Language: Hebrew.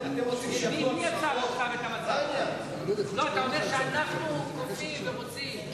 אתה אומר שאנחנו כופים ורוצים.